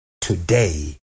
today